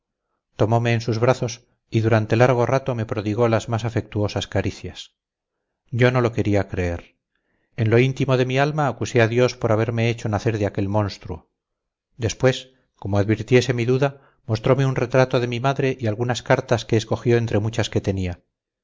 tomome en sus brazos y durante largo rato me prodigó las más afectuosas caricias yo no lo quería creer en lo íntimo de mi alma acusé a dios por haberme hecho nacer de aquel monstruo después como advirtiese mi duda mostrome un retrato de mi madre y algunas cartas que escogió entre muchas que tenía